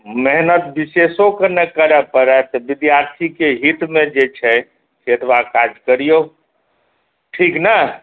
मेहनत विशेषो नहि करै पड़ै विद्यार्थीके हितमे जे छै से एतबा काज करियौ ठीक ने